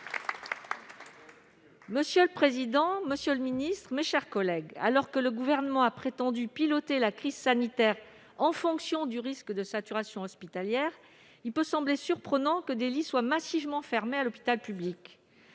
Monsieur le ministre des solidarités et de la santé, alors que le Gouvernement a prétendu piloter la crise sanitaire en fonction du risque de saturation hospitalière, il peut sembler surprenant que des lits soient massivement fermés à l'hôpital public.